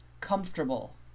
comfortable